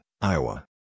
Iowa